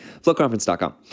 floatconference.com